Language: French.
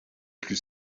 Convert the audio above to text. plus